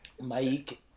mike